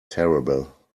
terrible